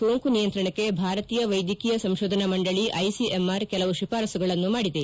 ಸೋಂಕು ನಿಯಂತ್ರಣಕ್ಕೆ ಭಾರತೀಯ ವ್ಯೆದ್ಯಕೀಯ ಸಂಶೋಧನಾ ಮಂಡಳಿ ಐಸಿಎಂಆರ್ ಕೆಲವು ಶಿಫಾರಸ್ಸುಗಳನ್ನು ಮಾಡಿದೆ